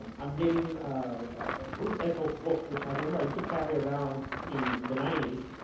i'm getting a bruce echoes book, which i remember i used to carry around in the ninety s.